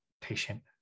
patient